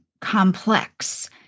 complex